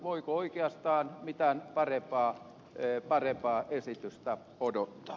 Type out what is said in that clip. voiko oikeastaan mitään parempaa esitystä odottaa